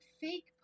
fake